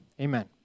Amen